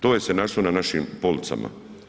To je se našlo na našim policama.